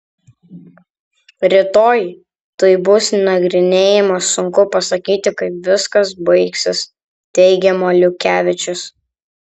rytoj tai bus nagrinėjama sunku pasakyti kaip viskas baigsis teigia maliukevičius